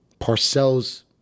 Parcell's